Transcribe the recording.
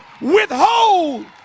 withhold